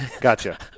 Gotcha